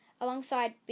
alongside